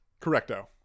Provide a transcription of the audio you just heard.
Correcto